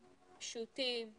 פשוטים,